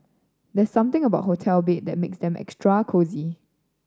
there's something about hotel bed that makes them extra cosy